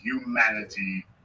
humanity